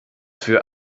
für